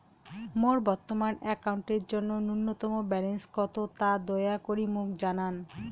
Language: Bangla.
মোর বর্তমান অ্যাকাউন্টের জন্য ন্যূনতম ব্যালেন্স কত তা দয়া করি মোক জানান